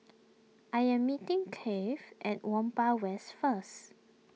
I am meeting Keith at Whampoa West first